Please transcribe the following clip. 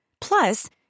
Plus